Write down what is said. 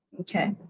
Okay